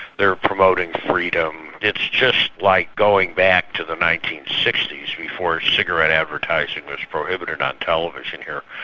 they're promoting freedom. it's just like going back to the nineteen sixty s before cigarette advertising was prohibited on television here.